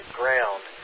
ground